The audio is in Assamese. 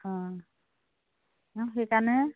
অ সেইকাৰণেহে